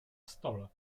stole